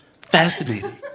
Fascinating